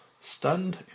Stunned